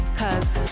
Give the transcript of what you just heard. cause